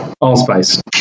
allspice